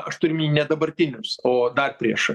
aš turiu omeny ne dabartinius o dar prieš